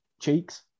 cheeks